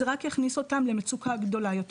זה רק יכניס אותם למצוקה גדולה יותר,